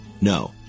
No